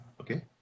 okay